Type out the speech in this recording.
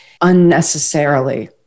unnecessarily